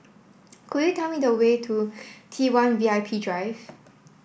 could you tell me the way to T one V I P Drive